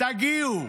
תגיעו".